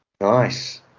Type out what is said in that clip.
Nice